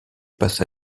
passa